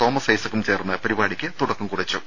Thomas ഐസക്കും ചേർന്ന് പരി പാടിക്ക് തുടക്കം കുറിച്ചു